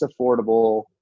affordable